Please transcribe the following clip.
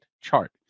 chart